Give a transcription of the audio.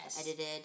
edited